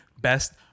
best